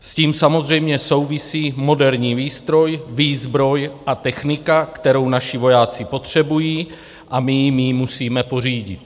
S tím samozřejmě souvisí moderní výstroj, výzbroj a technika, kterou naši vojáci potřebují, a my jim ji musíme pořídit.